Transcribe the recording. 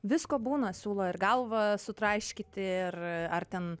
visko būna siūlo ir galvą sutraiškyti ir ar ten